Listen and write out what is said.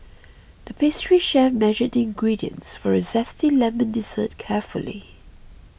the pastry chef measured the ingredients for a Zesty Lemon Dessert carefully